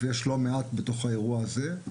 ויש לא מעט בתוך האירוע הזה,